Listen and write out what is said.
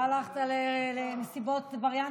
לא הלכת למסיבות וריאנטים?